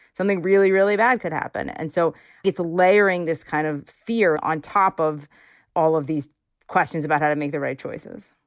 something really, really bad could happen. and so it's layering this kind of fear on top of all of these questions about how to make the right choices